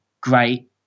great